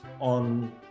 on